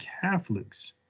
Catholics